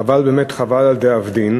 חבל באמת, חבל על דאבדין.